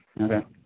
okay